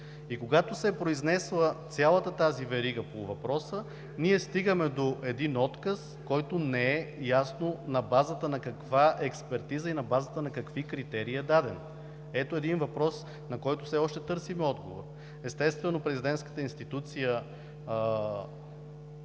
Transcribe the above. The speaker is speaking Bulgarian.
Когато се е произнесла цялата тази верига по въпроса, ние стигаме до един отказ, който не е ясно на базата на каква експертиза и на базата на какви критерии е даден. Ето един въпрос, на който все още търсим отговор. Естествено, няма как да поискаме